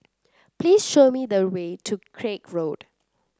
please show me the way to Craig Road